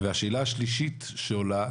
והשאלה השלישית שעולה,